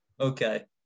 Okay